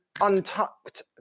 untucked